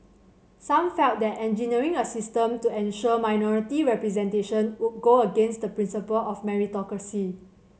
some felt that engineering a system to ensure minority representation would go against the principle of meritocracy